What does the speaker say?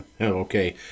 okay